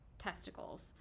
testicles